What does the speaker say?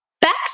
back